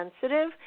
sensitive